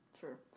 Sure